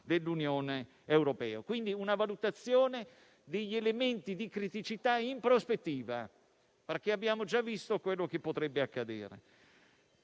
dell'Unione europea. È necessaria quindi una valutazione degli elementi di criticità in prospettiva, perché abbiamo già visto quello che potrebbe accadere.